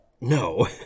no